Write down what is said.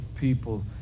people